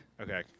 Okay